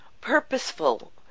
purposeful